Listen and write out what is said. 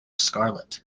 scarlet